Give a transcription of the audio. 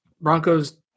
Broncos